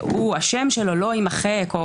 שהשם שלו לא יימחק,